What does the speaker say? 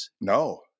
No